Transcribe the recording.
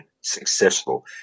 successful